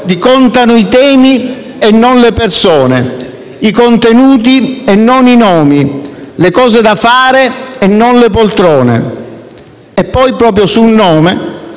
di: «Contano i temi e non le persone, i contenuti e non i nomi, le cose da fare e non le poltrone!». Poi, proprio su un nome